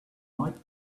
like